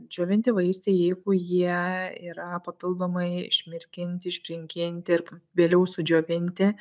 džiovinti vaisiai jeigu jie yra papildomai išmirkinti išbrinkinti ir vėliau sudžiovinti